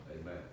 Amen